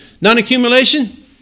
Non-accumulation